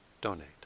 donate